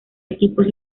equipos